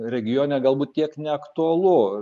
regione galbūt tiek neaktualu